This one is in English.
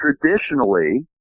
Traditionally